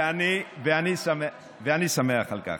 ואני שמח על כך.